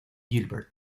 gilbert